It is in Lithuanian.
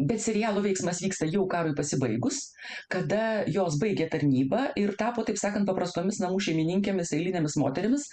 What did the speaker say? bet serialo veiksmas vyksta jau karui pasibaigus kada jos baigė tarnybą ir tapo taip sakant paprastomis namų šeimininkėmis eilinėms moterims